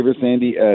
Sandy